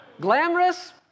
Glamorous